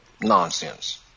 nonsense